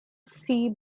see